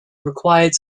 required